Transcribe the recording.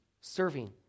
Serving